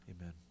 Amen